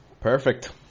Perfect